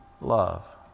love